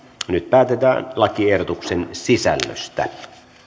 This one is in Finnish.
nyt päätetään lakiehdotuksen sisällöstä